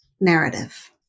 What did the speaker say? narrative